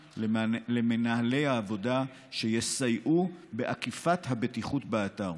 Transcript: למנהלי העבודה עוזרי בטיחות שיסייעו באכיפת הבטיחות באתר.